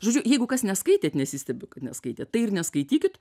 žodžiu jeigu kas neskaitėt nesistebiu kad neskaitėt tai ir neskaitykit